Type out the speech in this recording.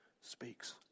speaks